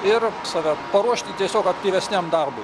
ir save paruošti tiesiog aktyvesniam darbui